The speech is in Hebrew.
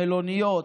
מלוניות,